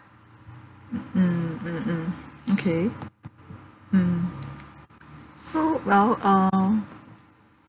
mm mm mm mm okay mm so well uh